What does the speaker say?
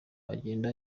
agenda